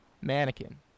mannequin